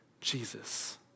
Jesus